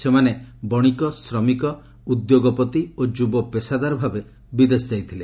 ସେମାନେ ବଶିକ ଶ୍ରମିକ ଉଦ୍ୟୋଗପତି ଓ ଯୁବ ପେସାଦାର ଭାବେ ବିଦେଶ ଯାଇଥିଲେ